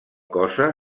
cosa